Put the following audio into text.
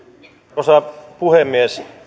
arvoisa puhemies